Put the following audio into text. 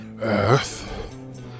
Earth